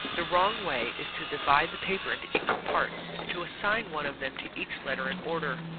the wrong way is to divide the paper into equal parts, and to assign one of them to each letter in order.